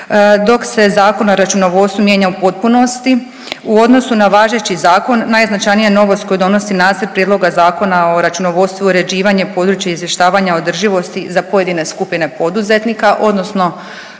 dok se Zakon o računovodstvu mijenja u potpunosti. U odnosu na važeći zakon najznačajnija novost koju donosi nacrt Prijedloga Zakona o računovodstvu je uređivanje područja izvještavanja održivosti za pojedine skupine poduzetnika odnosno